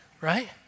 right